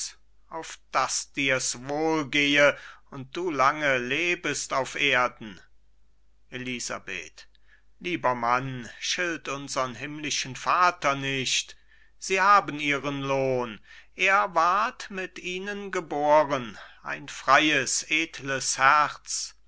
auf daß dir's wohl gehe und du lange lebest auf erden elisabeth lieber mann schilt unsern himmlischen vater nicht sie haben ihren lohn er ward mit ihnen geboren ein freies edles herz